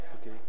okay